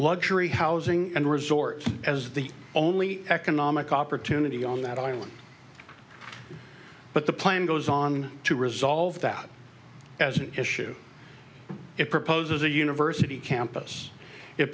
luxury housing and resort as the only economic opportunity on that island but the plan goes on to resolve that as an issue it proposes a university campus it